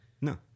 No